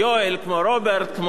שהיו אולי מתייצבים,